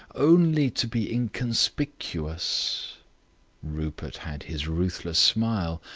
only to be inconspicuous. rupert had his ruthless smile.